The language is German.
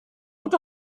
und